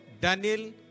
Daniel